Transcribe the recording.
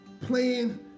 playing